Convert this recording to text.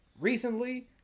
recently